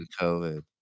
COVID